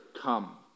come